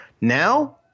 Now